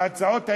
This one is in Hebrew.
בהצעות האי-אמון,